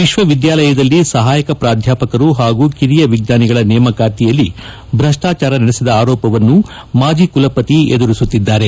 ವಿಶ್ವವಿದ್ನಾಲಯದಲ್ಲಿ ಸಹಾಯಕ ಪ್ರಾಧ್ನಾಪಕರು ಹಾಗೂ ಕಿರಿಯ ವಿಜ್ಞಾನಿಗಳ ನೇಮಕಾತಿಯಲ್ಲಿ ಭ್ರಷ್ಲಾಚಾರ ನಡೆಸಿದ ಆರೋಪವನ್ನು ಮಾಜಿ ಕುಲಪತಿ ಎದುರಿಸುತ್ತಿದ್ದಾರೆ